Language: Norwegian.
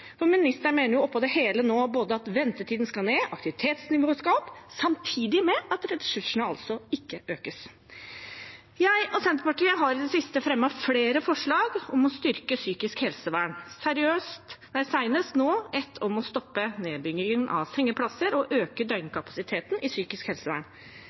mener nå oppå det hele både at ventetiden skal ned og at aktivitetsnivået skal opp – samtidig med at ressursene ikke økes. Jeg og Senterpartiet har i det siste fremmet flere forslag om å styrke psykisk helsevern, senest nå med et om å stoppe nedbyggingen av sengeplasser og å øke døgnkapasiteten innen psykisk helsevern.